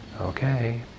Okay